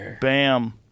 Bam